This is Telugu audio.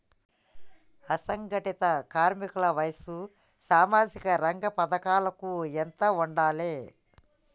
అసంఘటిత కార్మికుల వయసు సామాజిక రంగ పథకాలకు ఎంత ఉండాలే?